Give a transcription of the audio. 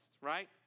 right